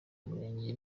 murenge